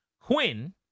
Quinn